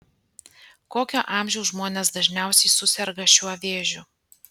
kokio amžiaus žmonės dažniausiai suserga šiuo vėžiu